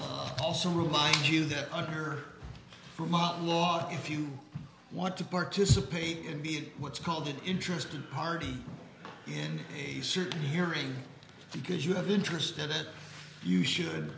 he also remind you that under from out law if you want to participate in the what's called an interested party in a certain hearing because you have interest in it you should